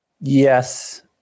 Yes